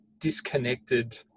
disconnected